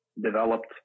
developed